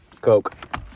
Coke